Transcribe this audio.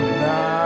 now